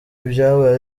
ibyabaye